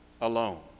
alone